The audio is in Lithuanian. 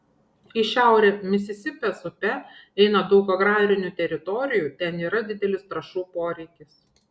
į šiaurę misisipės upe eina daug agrarinių teritorijų ten yra didelis trąšų poreikis